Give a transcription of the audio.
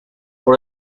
por